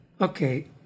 Okay